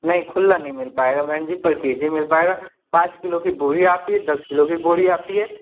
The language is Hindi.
नहीं खुल्ला नहीं मिल पाएगा बहन जी पर के जी मिल पाएगा पाँच किलो की बोरी आती है दस किलो भी बोरी आती है